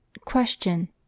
Question